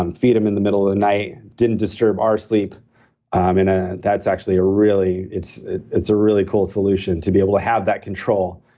um feed him in the middle of the night didn't disturb our sleep um and ah that's actually a really. it's it's a really cool solution to be able to have that control.